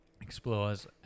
Explores